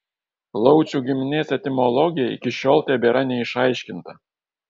laucių giminės etimologija iki šiol tebėra neišaiškinta